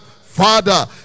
Father